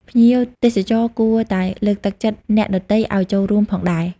ភ្ញៀវទេសចរគួរតែលើកទឹកចិត្តអ្នកដទៃឱ្យចូលរួមផងដែរ។